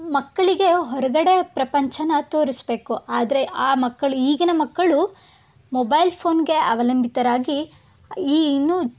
ಮಕ್ಕಳಿಗೆ ಹೊರಗಡೆ ಪ್ರಪಂಚನ ತೋರಿಸ್ಬೇಕು ಆದರೆ ಆ ಮಕ್ಕಳು ಈಗಿನ ಮಕ್ಕಳು ಮೊಬೈಲ್ ಫೋನ್ಗೆ ಅವಲಂಬಿತರಾಗಿ ಈ ಇನ್ನು